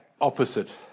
opposite